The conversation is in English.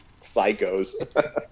psychos